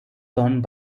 done